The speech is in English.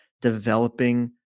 developing